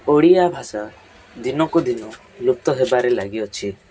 ଓଡ଼ିଆ ଭାଷା ଦିନକୁ ଦିନ ଲୁପ୍ତ ହେବାରେ ଲାଗିଅଛି